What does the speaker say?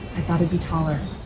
i thought it'd be taller.